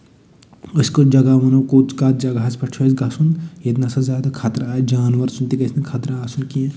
أسۍ کۄس جگہ وَنو کوٚت کَتھ جگہَس پٮ۪ٹھ چھُ اَسہِ گژھُن ییٚتہِ نَسا زیادٕ خطرٕ آسہِ جانور سُند تہِ گژھِ نہٕ خَطرٕ آسُن کیٚنہہ